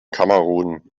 kamerun